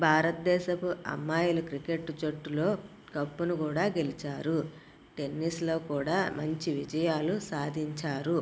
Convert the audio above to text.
భారతదేశపు అమ్మాయిలు క్రికెట్ జట్టులో కప్ను కూడా గెలిచారు టెన్నిస్లో కూడా మంచి విజయాలు సాధించారు